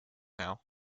now